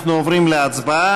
אנחנו עוברים להצבעה.